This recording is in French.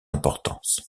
importance